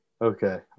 Okay